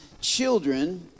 children